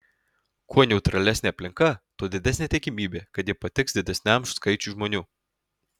kuo neutralesnė aplinka tuo didesnė tikimybė kad ji patiks didesniam skaičiui žmonių